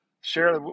share